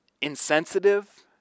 Insensitive